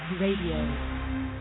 Radio